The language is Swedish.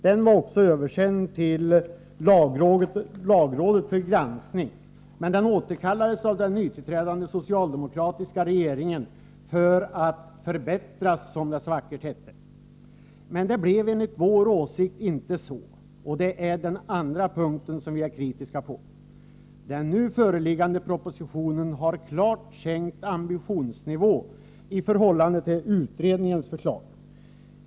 Den var också översänd till lagrådet för granskning. Men den återkallades av den nytillträdande socialdemokratiska regeringen för att förbättras, som det så vackert hette. Men det blev enligt vår åsikt inte så, och det är den andra punkten som vi är kritiska på. Den nu föreliggande propositionen har klart sänkt ambitionsnivån i förhållande till utredningens förslag.